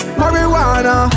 marijuana